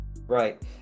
Right